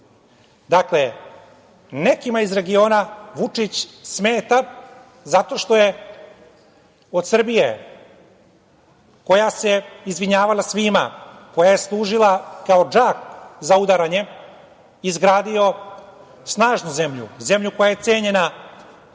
rada. Dakle, nekima iz regiona Vučić smeta zato što je od Srbije koja se izvinjavala svima, koja je služila kao džak za udaranje, izgradio snažnu zemlju, zemlju koja je cenjena u svetu.